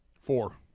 Four